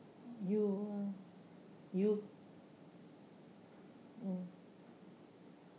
you uh you mm